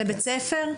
לבית ספר?